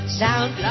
sound